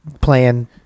playing